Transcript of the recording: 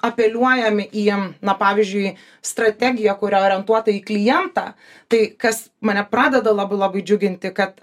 apeliuojam į na pavyzdžiui strategiją kurią orientuota į klientą tai kas mane pradeda labai labai džiuginti kad